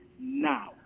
now